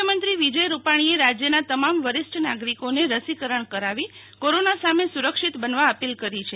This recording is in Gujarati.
મુખ્યમંત્રી વિજય રૂપાણીએ રાજ્યના તમામ વરિષ્ઠ નાગરિકોને રસીકરણ કરાવી કોરોના સામે સુરક્ષિત બનવાઅપીલ કરી છે